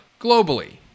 globally